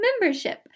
Membership